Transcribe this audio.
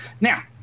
now